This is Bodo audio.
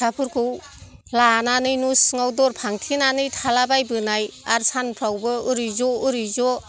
फिसाफोरखौ लानानै न' सिङाव दर फांथेनानै थालाबायबोनाय आरो सानफ्रावबो ओरै ज' ओरै ज'